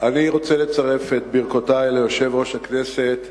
אני רוצה לצרף את ברכותי ליושב-ראש הכנסת,